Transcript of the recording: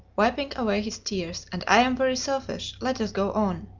wiping away his tears, and i am very selfish let us go on.